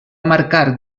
marcar